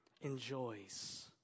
enjoys